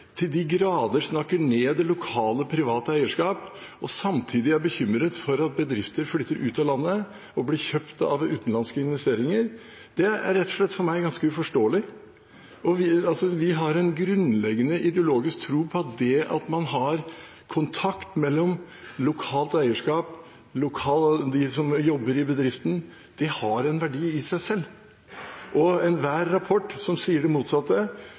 til de grader snakker ned det lokale private eierskapet og samtidig er bekymret for at bedrifter flytter ut av landet og blir kjøpt av utenlandske investorer, er rett og slett ganske uforståelig for meg. Vi har en grunnleggende ideologisk tro på at det at man har kontakt mellom lokalt eierskap og dem som jobber i bedriften, har en verdi i seg selv. Enhver rapport som sier det motsatte,